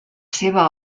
seva